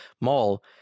mall